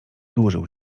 dłużył